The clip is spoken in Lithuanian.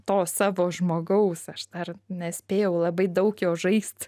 to savo žmogaus aš dar nespėjau labai daug jau žaist